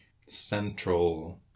central